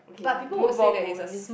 okay lah move on move on this